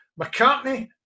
McCartney